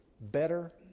better